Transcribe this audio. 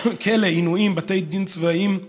כלא, עינויים בתי דין צבאיים,